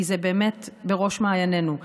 כי זה בראש מעיינינו,